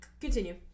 Continue